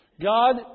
God